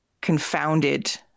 confounded